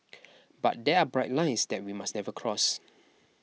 but there are bright lines that we must never cross